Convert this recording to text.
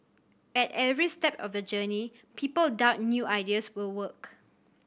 at every step of the journey people doubt new ideas will work